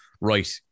right